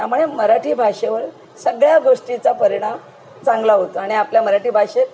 मराठी भाषेवर सगळ्या गोष्टीचा परिणाम चांगला होतो आणि आपल्या मराठी भाषेत